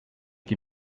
die